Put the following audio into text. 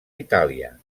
itàlia